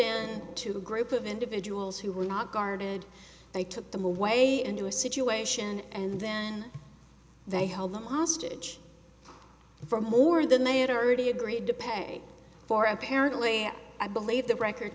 in to a group of individuals who were not guarded they took them away into a situation and then they held them hostage for more than they had already agreed to pay for apparently i believe the record